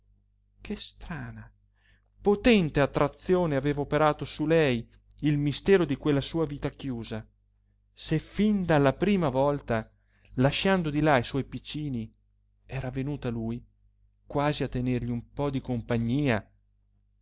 che strana potente attrazione aveva operato su lei il mistero di quella sua vita chiusa se fin dalla prima volta lasciando di là i suoi piccini era venuta a lui quasi a tenergli un po di compagnia